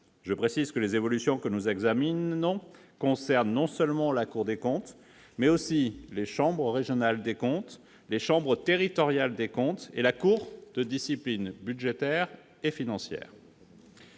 Je précise que les évolutions que nous examinons concernent non seulement la Cour des comptes, mais aussi les chambres régionales des comptes, les chambres territoriales des comptes et la Cour de discipline budgétaire et financière.